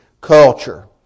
culture